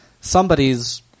somebody's